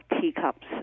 teacups